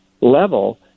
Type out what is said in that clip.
level